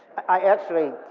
i actually,